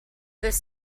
this